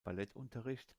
ballettunterricht